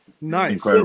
Nice